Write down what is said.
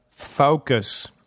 Focus